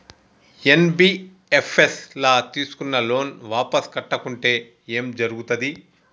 NBFS ల తీస్కున్న loan వాపస్ కట్టకుంటే ఏం జర్గుతది?